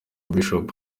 bishop